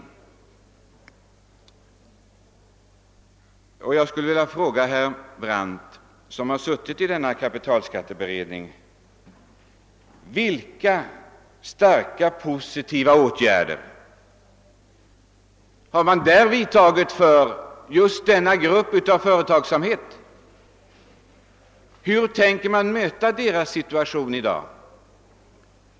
Jag skulle vilja fråga herr Brandt, som varit ledamot av kapitalskatteberedningen: Vilka starka positiva åtgärder har man vidtagit med hänsyn till just denna grupp av företagare? Hur tänker man möta deras situation i dag?